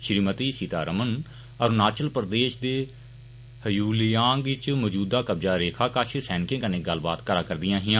श्रीमती सीता रमन अरूणाचल प्रदेश दे हयुलियांग इच मौजूदा कब्जा रेखा कशसैनिकें कन्नै गल्लबात करा रदिआं हिआ